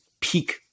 peak